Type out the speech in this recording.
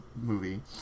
movie